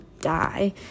die